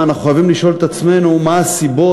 אנחנו חייבים לשאול את עצמנו: מה הסיבות,